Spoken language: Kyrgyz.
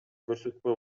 көрсөтпөө